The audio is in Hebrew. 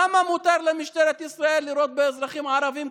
למה מותר למשטרת ישראל לירות באזרחים ערבים?